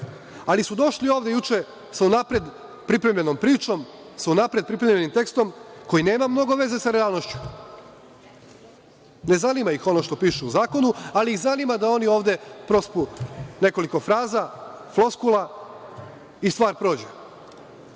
ali su došli ovde juče sa unapred pripremljenom pričom, sa unapred pripremljenim tekstom koji nema mnogo veze sa realnošću, ne zanima ih ono što piše u zakonu, ali ih zanima da oni ovde prospu nekoliko fraza, floskula i stvar prođe. To